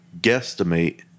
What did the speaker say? guesstimate